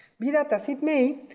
be that as it may,